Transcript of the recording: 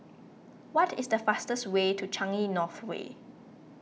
what is the fastest way to Changi North Way